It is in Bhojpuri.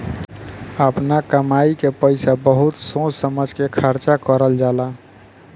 आपना कमाई के पईसा बहुत सोच समझ के खर्चा करल जाला